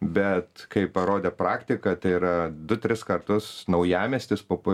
bet kai parodė praktika tai yra du tris kartus naujamiestis popu